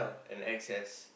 and X_S